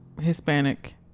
Hispanic